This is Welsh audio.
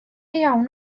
iawn